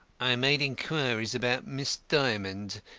i made inquiries about miss dymond,